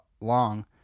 long